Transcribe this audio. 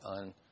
on